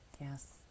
Yes